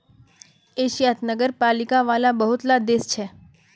एशियात नगरपालिका वाला बहुत ला देश छे